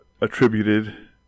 attributed